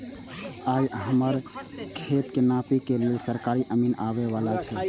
आइ हमर खेतक नापी करै लेल सरकारी अमीन आबै बला छै